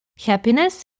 Happiness